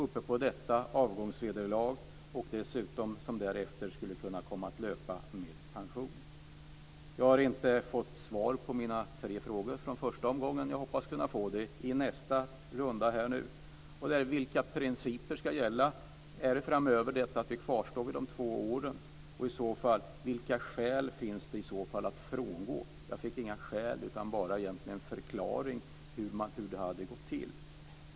Ovanpå detta fanns avgångsvederlag, som dessutom skulle kunna komma att löpa med pension. Jag har inte fått svar på mina tre frågor från den första omgången, och jag hoppas kunna få det i nästa runda. Det handlar alltså om vilka principer som ska gälla framöver. Ska vi kvarstå vid de två åren? Vilka skäl finns det annars att frångå detta? Jag fick inga skäl angivna, utan egentligen bara en förklaring till hur det hela hade gått till.